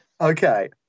Okay